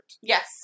Yes